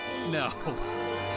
no